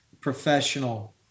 professional